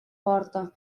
porta